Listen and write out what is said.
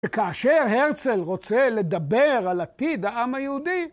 וכאשר הרצל רוצה לדבר על עתיד העם היהודי